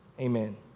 Amen